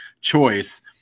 choice